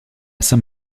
saint